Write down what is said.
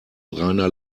reiner